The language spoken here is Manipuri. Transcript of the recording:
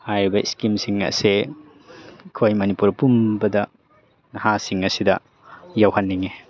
ꯍꯥꯏꯔꯤꯕ ꯏꯁꯀꯤꯝꯁꯤꯡ ꯑꯁꯦ ꯑꯩꯈꯣꯏ ꯃꯅꯤꯄꯨꯔ ꯄꯨꯝꯕꯗ ꯅꯍꯥꯁꯤꯡ ꯑꯁꯤꯗ ꯌꯧꯍꯟꯅꯤꯡꯏ